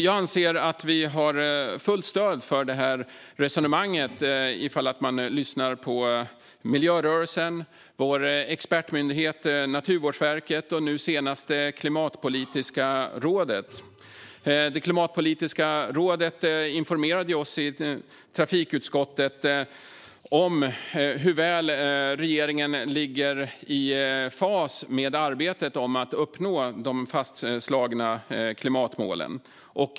Att vi har fullt stöd för detta resonemang hör man ifall man lyssnar på miljörörelsen, vår expertmyndighet Naturvårdsverket och, nu senast, Klimatpolitiska rådet. Klimatpolitiska rådet har informerat oss i trafikutskottet om hur väl regeringen ligger i fas med arbetet med att uppnå de fastslagna klimatmålen.